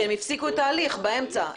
כי הם הפסיקו את ההליך באמצע,